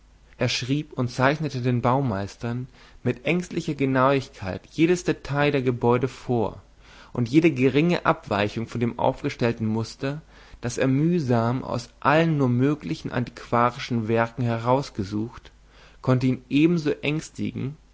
er schrieb und zeichnete den baumeistern mit ängstlicher genauigkeit jedes detail der gebäude vor und jede geringe abweichung von dem aufgestellten muster das er mühsam aus allen nur möglichen antiquarischen werken herausgesucht konnte ihn ebenso ängstigen